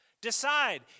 decide